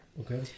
okay